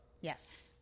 Yes